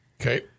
Okay